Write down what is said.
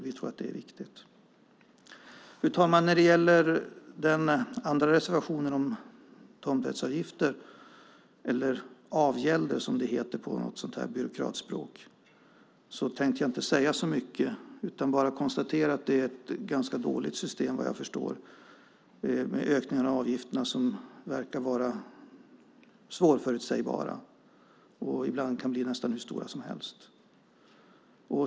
Vi tror att det är viktigt. Fru talman! När det gäller den andra reservationen om tomträttsavgifter, eller avgälder som det heter på byråkratspråk, tänkte jag inte säga så mycket. Jag konstaterar att vad jag förstår är systemet ett ganska dåligt system, med ökning av avgifter som verkar vara svårförutsägbara och ibland kan bli nästan hur stora som helst.